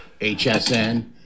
HSN